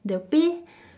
the pay